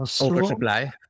Oversupply